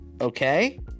okay